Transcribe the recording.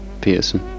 peterson